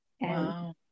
Wow